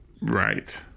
Right